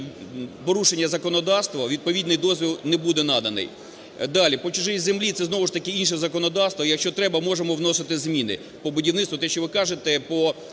порушення законодавства, відповідний дозвіл не буде наданий. Далі. По чужій землі. Це знову ж таки інше законодавство. Якщо треба можемо вносити зміни по будівництву, те, що ви кажете, по